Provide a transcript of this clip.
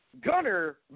Gunner